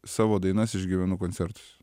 savo dainas išgyvenu koncertuose